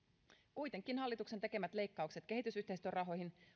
kuitenkin hallituksen tekemät leikkaukset kehitysyhteistyörahoihin